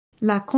La